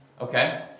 Okay